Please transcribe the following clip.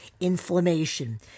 inflammation